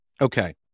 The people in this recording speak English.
Okay